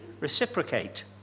reciprocate